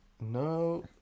No